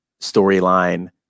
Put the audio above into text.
storyline